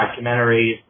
documentaries